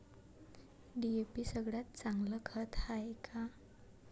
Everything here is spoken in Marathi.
डी.ए.पी सगळ्यात चांगलं खत हाये का?